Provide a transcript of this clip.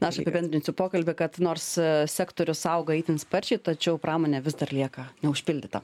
na aš apibendrinsiu pokalbį kad nors sektorius auga itin sparčiai tačiau pramonė vis dar lieka neužpildyta